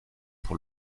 pour